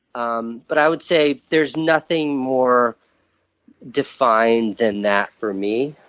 um but i would say there's nothing more defined than that for me.